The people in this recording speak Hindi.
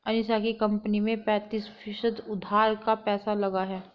अनीशा की कंपनी में पैंतीस फीसद उधार का पैसा लगा है